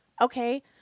okay